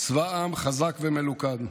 צבא עם חזק ומלוכד.